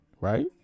right